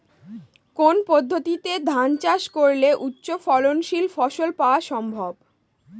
কোন পদ্ধতিতে ধান চাষ করলে উচ্চফলনশীল ফসল পাওয়া সম্ভব?